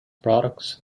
products